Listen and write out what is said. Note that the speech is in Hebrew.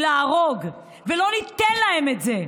היא להרוג, ולא ניתן להם את זה.